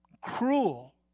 cruel